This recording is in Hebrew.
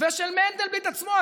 ושל מנדלבליט עצמו,